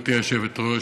גברתי היושבת-ראש,